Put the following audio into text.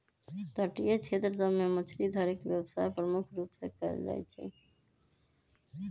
तटीय क्षेत्र सभ में मछरी धरे के व्यवसाय प्रमुख रूप से कएल जाइ छइ